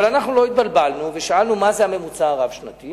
אבל אנחנו לא התבלבלנו ושאלו מה זה הממוצע הרב-שנתי.